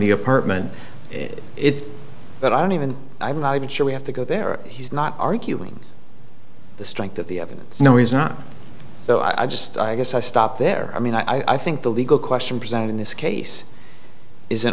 the apartment in it but i don't even i'm not even sure we have to go there he's not arguing the strength of the evidence no he's not so i just i guess i stopped there i mean i think the legal question presented in this case is in